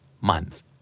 month